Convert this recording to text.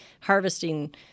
harvesting